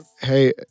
Hey